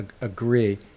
agree